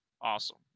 awesome